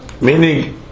meaning